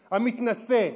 המתנשא,